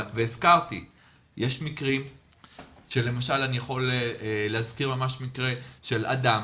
אני יכול להזכיר ממש מקרה של אדם,